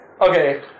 Okay